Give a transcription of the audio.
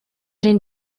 den